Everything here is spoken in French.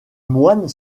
moines